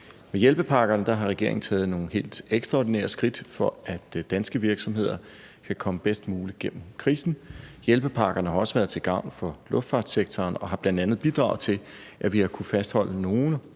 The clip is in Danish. Med hjælpepakkerne har regeringen taget nogle helt ekstraordinære skridt, for at danske virksomheder kan komme bedst muligt igennem krisen. Hjælpepakkerne har også været til gavn for luftfartssektoren og har bl.a. bidraget til, at vi har kunnet fastholde nogle